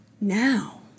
now